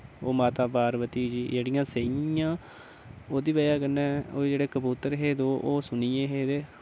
ओह् माता पार्वती जेह्ड़ियां सेईयां ओह्दी बजह कन्नै ओह् जेह्ड़े कबूतर हे दो ओह् सुनिये हे ते